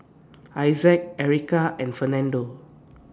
Issac Ericka and Fernando